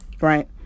Right